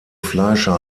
fleischer